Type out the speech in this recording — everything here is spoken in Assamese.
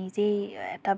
নিজেই এটা